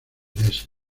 meses